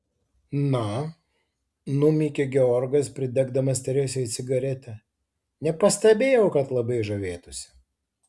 na numykė georgas pridegdamas teresei cigaretę nepastebėjau kad labai žavėtųsi